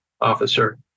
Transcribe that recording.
officer